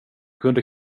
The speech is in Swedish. kunde